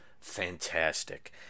fantastic